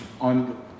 on